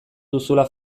duzula